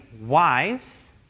wives